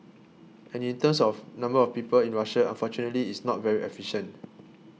and in terms of number of people in Russia unfortunately it's not very efficient